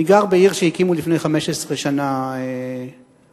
אני גר בעיר שהקימו לפני 15 שנה, מודיעין,